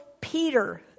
Peter